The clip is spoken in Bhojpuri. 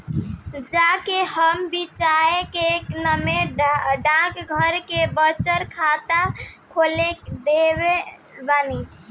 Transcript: जा के हम बचिया के नामे डाकघर में बचत खाता खोलवा देले बानी